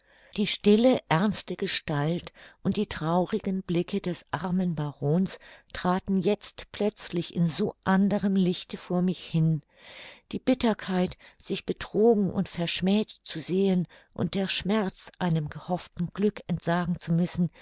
die stille ernste gestalt und die traurigen blicke des armen barons traten jetzt plötzlich in so anderem lichte vor mich hin die bitterkeit sich betrogen und verschmäht zu sehen und der schmerz einem gehofften glück entsagen zu müssen